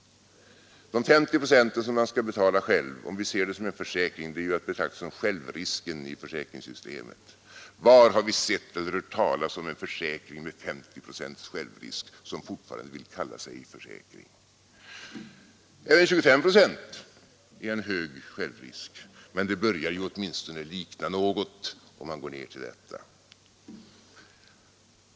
De 50 procenten som man skall betala själv, om vi ser det som en försäkring, är ju att betrakta som självrisken i försäkringssystemet. Var har vi sett eller hört talas om en försäkring med 50 procents självrisk som fortfarande kallas försäkring? Även 25 procent är en hög självrisk, men det börjar ju åtminstone likna något, om man går ner till detta.